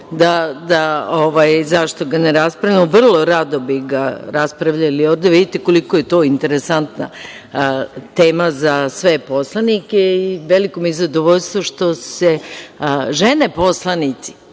zašto ga ne raspravljamo. Vrlo rado bih ga raspravljali ovde da vidite koliko je to interesantna tema za sve poslanike i veliko mi je zadovoljstvo što se žene poslanici,